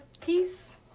Peace